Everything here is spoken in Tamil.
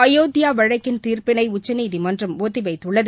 அயோத்தியா வழக்கின் தீர்ப்பினை உச்சநீதிமன்றம் ஒத்திவைத்துள்ளது